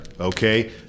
okay